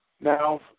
Now